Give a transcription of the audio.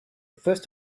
first